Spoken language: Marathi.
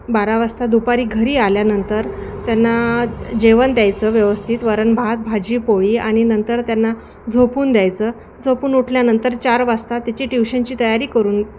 बारा वाजता दुपारी घरी आल्यानंतर त्यांना जेवण द्यायचं व्यवस्थित वरण भात भाजी पोळी आणि नंतर त्यांना झोपवून द्यायचं झोपून उठल्यानंतर चार वाजता त्याची ट्युशनची तयारी करून